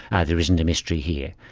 and there isn't a mystery here.